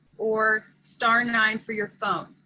or star nine for your phone.